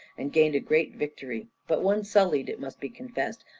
and gained a great victory, but one sullied, it must be confessed,